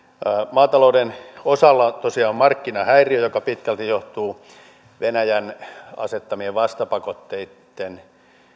maatalouden osalla tosiaan on markkinahäiriö joka pitkälti johtuu venäjän asettamien vastapakotteitten